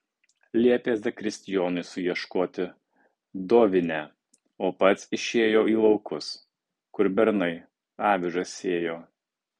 liepė zakristijonui suieškoti dovinę o pats išėjo į laukus kur bernai avižas sėjo